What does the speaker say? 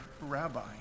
rabbi